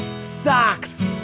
Socks